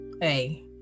hey